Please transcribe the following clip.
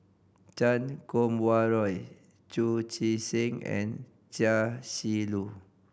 Chan Kum Wah Roy Chu Chee Seng and Chia Shi Lu